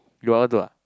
you all do ah